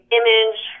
image